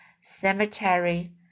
cemetery